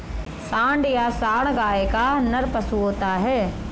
सांड या साँड़ गाय का नर पशु होता है